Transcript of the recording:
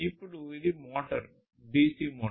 ఇప్పుడు ఇది motor DC motor